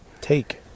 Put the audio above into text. Take